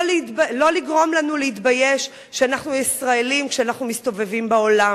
לא לגרום לנו להתבייש שאנחנו ישראלים כשאנחנו מסתובבים בעולם,